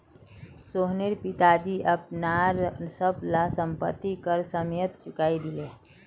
सोहनेर पिताजी अपनार सब ला संपति कर समयेत चुकई दिले